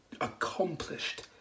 accomplished